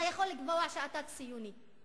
אתה יכול לקבוע שאתה ציוני.